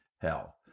hell